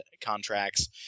contracts